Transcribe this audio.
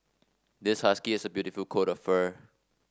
this husky has a beautiful coat of fur